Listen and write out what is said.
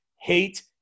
hate